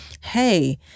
hey